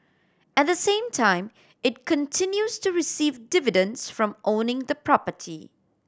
at the same time it continues to receive dividends from owning the property